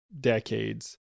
decades